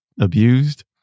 abused